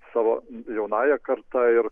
savo jaunąja karta ir